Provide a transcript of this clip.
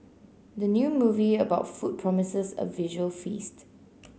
the new movie about food promises a visual feast